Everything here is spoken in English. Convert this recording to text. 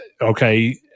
okay